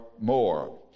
more